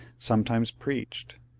some times preached.